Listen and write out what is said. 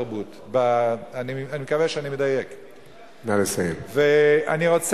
שאני לא יודע